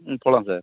ம் போகலாம் சார்